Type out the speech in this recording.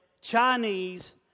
Chinese